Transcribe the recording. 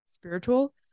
Spiritual